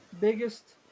biggest